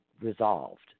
resolved